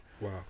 Wow